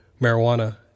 marijuana